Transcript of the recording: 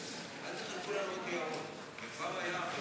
מנואל טרכטנברג, אראל